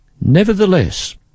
Nevertheless